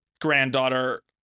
granddaughter